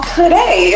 today